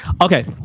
Okay